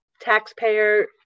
taxpayer